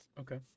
okay